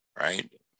right